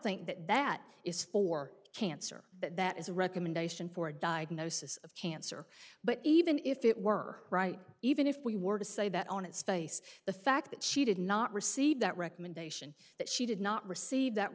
think that that is for cancer that is a recommendation for a diagnosis of cancer but even if it were right even if we were to say that on its face the fact that she did not receive that recommendation that she did not receive that